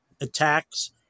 attacks